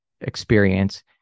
experience